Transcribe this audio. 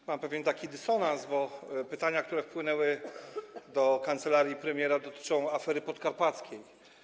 Mam taki pewien dysonans, bo pytania, które wpłynęły do kancelarii premiera, dotyczą afery podkarpackiej.